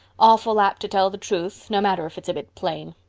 awful apt to tell the truth, no matter if it is a bit plain.